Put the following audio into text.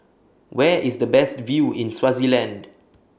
Where IS The Best View in Swaziland